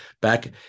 back